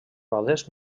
rodes